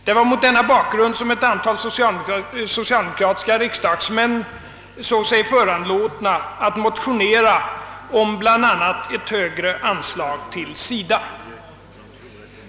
Det var mot denna bakgrund som ett antal socialdemokratiska riksdagsmän såg sig föranlåtna att motionera om bl.a. ett högre anslag till SIDA.